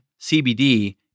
CBD